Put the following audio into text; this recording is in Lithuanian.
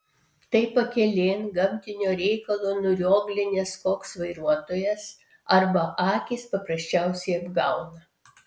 tai pakelėn gamtinio reikalo nurioglinęs koks vairuotojas arba akys paprasčiausiai apgauna